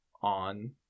on